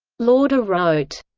lauder wrote.